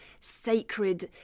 sacred